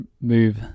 Move